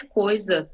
coisa